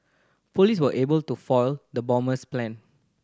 police were able to foil the bomber's plan